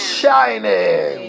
shining